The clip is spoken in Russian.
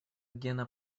гена